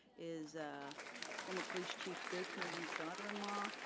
is former police chief, dave snowden's daughter-in-law.